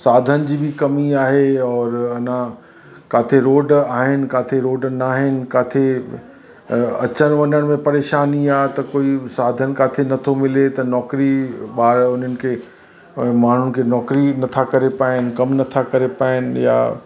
साधन जी बि कमी आहे और अञा किथे रोड आहिनि किथे रोड न आहिनि किथे अचण वञण में परेशानी आहे त कोई साधन किथे नथो मिले त नौकरी ॿार उन्हनि खे ऐं माण्हुनि खे नौकरी नथा करे पाइनि कम नथा करे पाइनि या